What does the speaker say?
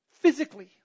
physically